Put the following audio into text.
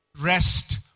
rest